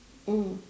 mm